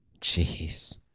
Jeez